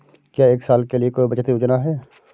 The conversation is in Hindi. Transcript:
क्या एक साल के लिए कोई बचत योजना है?